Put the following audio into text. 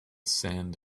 sand